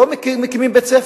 לא מקימים בית-ספר,